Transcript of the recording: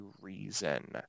reason